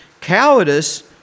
Cowardice